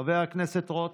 חבר הכנסת רוטמן,